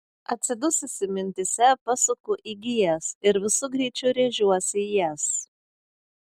atsidususi mintyse pasuku į gijas ir visu greičiu rėžiuosi į jas